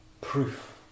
proof